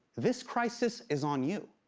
this crisis is on you.